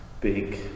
big